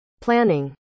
planning